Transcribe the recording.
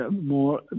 more